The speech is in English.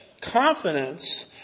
confidence